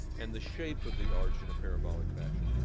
and the shape of the arch in a parabolic fashion.